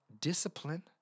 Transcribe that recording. discipline